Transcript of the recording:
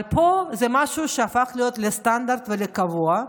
אבל פה זה משהו שהפך להיות סטנדרט וקבוע.